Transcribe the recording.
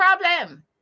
problem